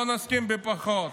לא נסכים לפחות.